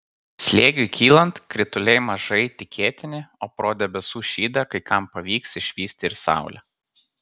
slėgiui kylant krituliai mažai tikėtini o pro debesų šydą kai kam pavyks išvysti ir saulę